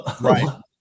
right